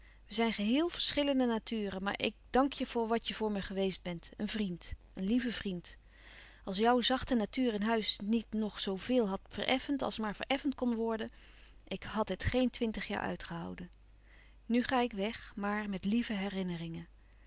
we zijn geheel verschillende naturen maar ik dank je voor wat je voor me geweest bent een vriend een lieve vriend als jou zachte natuur in huis niet nog zoo veel had vereffend als maar vereffend kon worden ik hàd het geen twintig jaar uitgehouden nu ga ik weg maar met lieve herinneringen